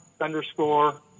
Underscore